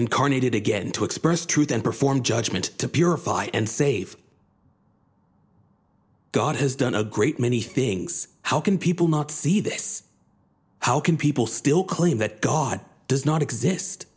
incarnated again to express truth and perform judgment to purify and save god has done a great many things how can people not see this how can people still claim that god does not exist